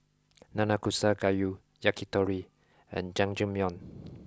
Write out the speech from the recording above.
Nanakusa Gayu Yakitori and Jajangmyeon